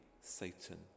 Satan